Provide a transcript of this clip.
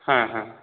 হ্যাঁ হ্যাঁ